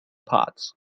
pods